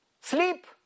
Sleep